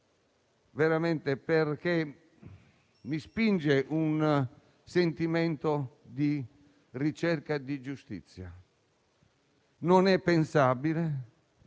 veramente mi spinge un sentimento di ricerca di giustizia: non è pensabile